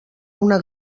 una